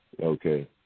Okay